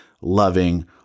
loving